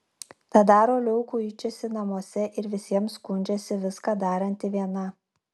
tad dar uoliau kuičiasi namuose ir visiems skundžiasi viską daranti viena